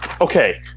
Okay